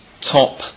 top